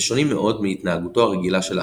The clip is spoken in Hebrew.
ושונים מאוד מהתנהגותו הרגילה של האדם